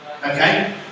okay